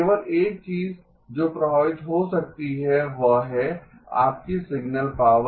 केवल एक चीज जो प्रभावित हो सकती है वह है आपकी सिग्नल पावर